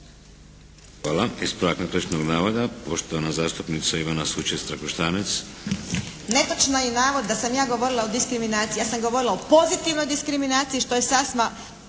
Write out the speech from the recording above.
Hvala. Ispravak netočnog navoda, poštovana zastupnica Ivana Sučec Trakoštanec. **Sučec-Trakoštanec, Ivana (HDZ)** Netočan je navod da sam ja govorila o diskriminaciji. Ja sam govorila o pozitivnoj diskriminaciji što je sasma